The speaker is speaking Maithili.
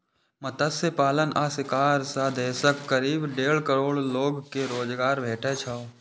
मत्स्य पालन आ शिकार सं देशक करीब डेढ़ करोड़ लोग कें रोजगार भेटै छै